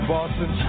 Boston